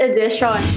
Edition